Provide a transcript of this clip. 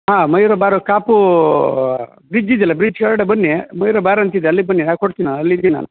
ಹಾಂ ಮಯೂರ ಬಾರ್ ಕಾಪೂ ಬ್ರಿಜ್ ಇದೆಯಲ್ಲ ಬ್ರಿಜ್ ಕೆಳಗಡೆ ಬನ್ನಿ ಮಯೂರ ಬಾರ್ ಅಂತಿದೆ ಅಲ್ಲಿಗೆ ಬನ್ನಿ ನಾ ಕೊಡ್ತಿನಿ ನಾ ಅಲ್ಲಿದೀನಿ ನಾನು